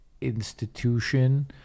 institution